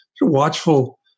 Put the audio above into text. watchful